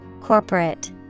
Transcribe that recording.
Corporate